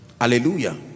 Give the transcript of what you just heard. hallelujah